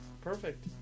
Perfect